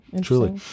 Truly